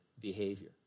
behavior